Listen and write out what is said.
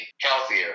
healthier